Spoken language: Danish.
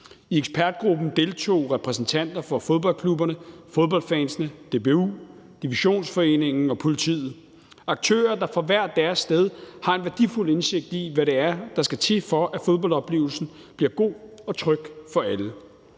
I ekspertgruppen deltog repræsentanter fra fodboldklubberne, fodboldfansene, DBU, Divisionsforeningen og politiet. Det er aktører, der fra hver deres sted har en værdifuld indsigt i, hvad det er, der skal til, for at fodboldoplevelsen bliver god og tryg for alle.